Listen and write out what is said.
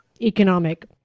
economic